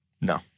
No